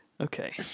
Okay